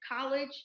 college